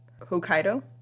Hokkaido